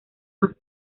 más